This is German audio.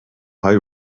high